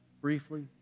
briefly